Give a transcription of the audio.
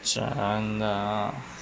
真的